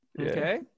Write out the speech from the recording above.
okay